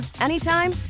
anytime